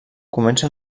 comença